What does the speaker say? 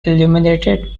illuminated